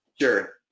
Sure